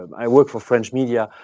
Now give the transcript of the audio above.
um i work for french media,